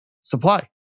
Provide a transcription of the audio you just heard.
supply